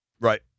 Right